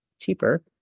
cheaper